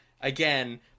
Again